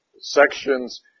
sections